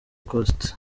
coast